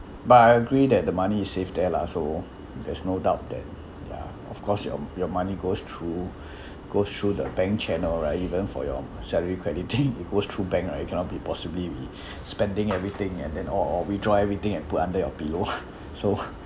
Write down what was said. but I agree that the money is safe there lah so there's no doubt that ya of course your your money goes through goes through the bank channel right even for your salary crediting it goes through bank right you cannot be possibly be spending everything and then or or withdraw everything and put under your pillow so